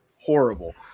horrible